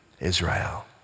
Israel